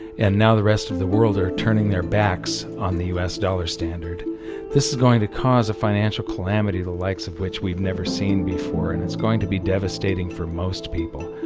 and now the rest of the world are turning their backs on the us dollar standard this is going to cause a financial calamity the likes of which we've seen before and it's going to be devastating for most people.